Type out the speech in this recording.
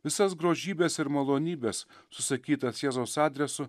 visas grožybes ir malonybes susakytas jėzaus adresu